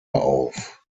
auf